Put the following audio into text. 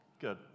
Good